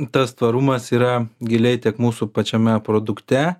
tas tvarumas yra giliai tiek mūsų pačiame produkte